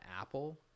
Apple